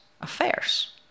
affairs